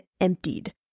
emptied